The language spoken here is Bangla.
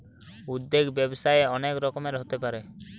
উদ্যোগ ব্যবসায়ে অনেক রকমের হতে পারে